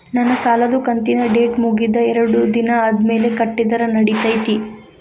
ನನ್ನ ಸಾಲದು ಕಂತಿನ ಡೇಟ್ ಮುಗಿದ ಎರಡು ದಿನ ಆದ್ಮೇಲೆ ಕಟ್ಟಿದರ ನಡಿತೈತಿ?